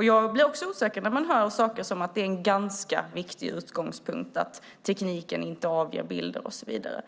Jag blir också osäker när jag hör saker som att det är en ganska viktig utgångspunkt att tekniken inte avgör bilder och så vidare.